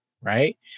Right